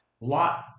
Lot